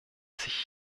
sich